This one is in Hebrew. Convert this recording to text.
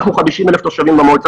אנחנו 50,000 תושבים במועצה,